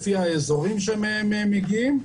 לפי האזורים שמהם הם מגיעים.